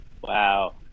Wow